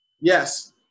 Yes